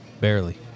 barely